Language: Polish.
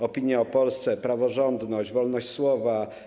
Opinia o Polsce, praworządność, wolność słowa.